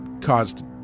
caused